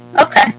okay